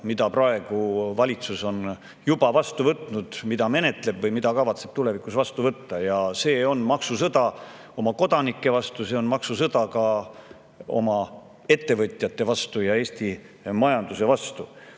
mida valitsus praegu on juba vastu võtnud, mida ta menetleb või mida kavatseb tulevikus vastu võtta. See on maksusõda oma kodanike vastu, see on maksusõda ka oma ettevõtjate vastu ja Eesti majanduse vastu.